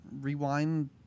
Rewind